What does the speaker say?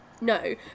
no